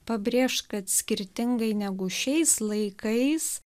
pabrėžt kad skirtingai negu šiais laikais